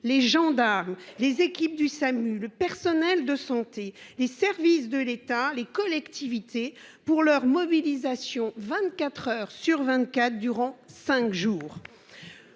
les gendarmes les équipes du SAMU, le personnel de santé, les services de l'État, les collectivités pour leur mobilisation 24h sur 24 durant 5 jours.